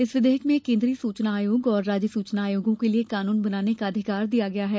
इस विधेयक में केन्द्रीय सूचना आयोग और राज्य सूचना आयोगों के लिये कानून बनाने का अधिकार दिया गया है